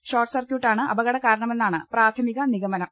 short സർക്യൂട്ടാണ് അപകട കാരണമെന്നാണ് പ്രാഥമിക ന്റിഗ്മനം